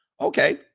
Okay